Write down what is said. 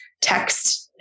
text